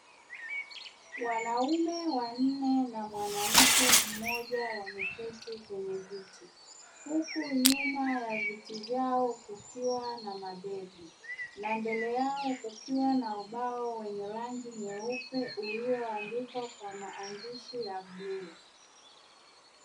Wanaume wanne na mwanamke mmoja wameketi kwenye viti, huku nyuma ya viti vyao kukiwa na mabegi na mbele yao kukiwa na ubao wenye rangi nyeupe ulioandikwa kwa maandishi ya bluu.